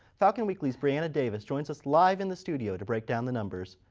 falcon weekly's brianna davis joins us live in the studio to break down the numbers.